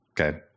Okay